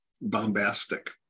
bombastic